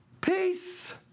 Peace